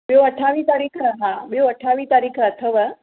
ॿियों अठावीह तारीख़ हा ॿियों अठावीह तारीख़ अथव